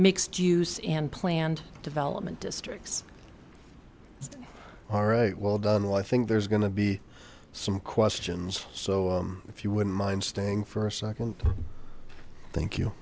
mixed use in planned development districts it's all right well done well i think there's going to be some questions so if you wouldn't mind staying for a second thank you